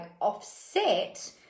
offset